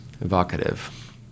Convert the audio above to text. evocative